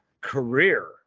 career